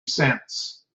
sense